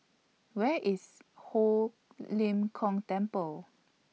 Where IS Ho Lim Kong Temple